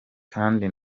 kandi